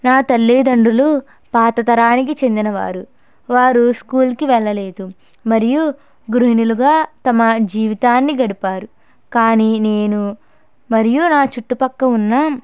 నా తల్లి దండ్రులు పాత తరానికి చెందినవారు వారు స్కూల్కి వెళ్ళలేదు మరియు గృహిణులుగా తమ జీవితాన్ని గడిపారు కానీ నేను మరియు నా చుట్టుపక్క ఉన్న